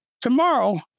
tomorrow